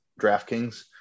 DraftKings